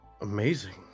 amazing